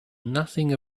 nothing